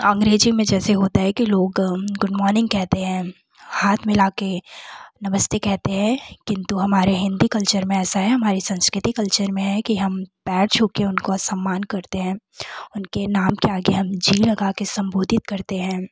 अंग्रेज़ी में जैसे होते हैं कि लोग गुड मॉर्निंग कहते हैं हाथ मिलाकर नमस्ते कहते हैं किंतु हमारे हिंदी कल्चर में ऐसा है हमारी संस्कृति कल्चर में है कि हम पैर छूकर उनका सम्मान करते हैं उनके नाम के आगे हम जी लगाकर हम संबोधित करते हैं